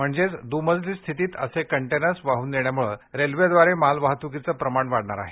म्हणजेच द्मजली स्थितीत असे कंटेनर्स वाह्न नेण्याम्ळे रेल्वेद्वारे माल वाहत्कीचं प्रमाण वाढणार आहे